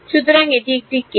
সুতরাং এটি একটি কেস